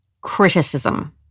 criticism